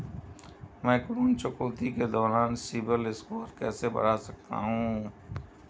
मैं ऋण चुकौती के दौरान सिबिल स्कोर कैसे बढ़ा सकता हूं?